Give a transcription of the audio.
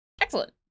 Excellent